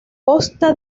costa